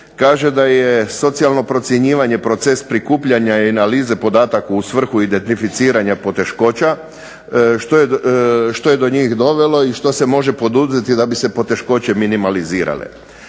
Kaže da je socijalno procjenjivanje proces prikupljanja i analize podataka u svrhu identificiranja poteškoća, što je do njih dovelo i što se može poduzeti da bi se poteškoće minimalizirale.